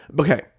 okay